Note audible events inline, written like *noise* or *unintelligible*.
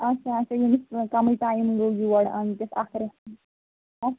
آچھا آچھا ییٚمِس کَمٕے ٹایِم گوٚو یور آمتِس اَکھ *unintelligible*